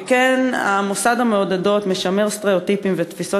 שכן מוסד המעודדות משמר סטריאוטיפים ותפיסות